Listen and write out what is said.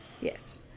Yes